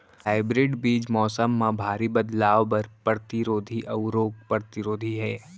hybrid बीज मौसम मा भारी बदलाव बर परतिरोधी अऊ रोग परतिरोधी हे